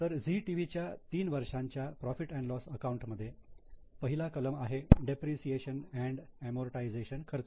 तर झी टीव्हीच्या तीन वर्षाच्या प्रॉफिट अँड लॉस अकाउंट मध्ये पहिला कलम आहे डेप्रिसिएशन अंड अमोर्टायझेशन खर्च